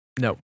No